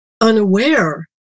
unaware